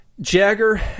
jagger